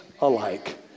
alike